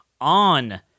on